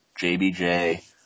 JBJ